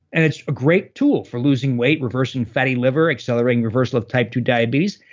and it's a great tool for losing weight, reversing fatty liver, accelerating reversal of type two diabetes,